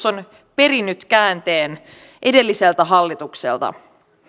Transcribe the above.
on perinyt käänteen edelliseltä hallitukselta